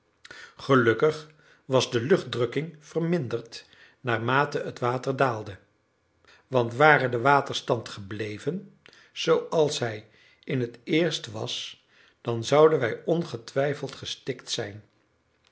gelukkig was de luchtdrukking verminderd naarmate het water daalde want ware de waterstand gebleven zooals hij in het eerst was dan zouden wij ongetwijfeld gestikt zijn